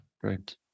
great